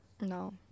No